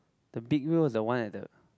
the big wheel is the one at the